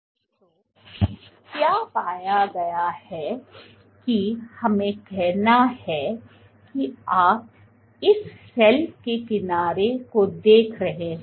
तो क्या पाया गया है कि हमें कहना है कि आप इस सेल के किनारे को देख रहे हैं